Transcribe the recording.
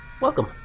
Welcome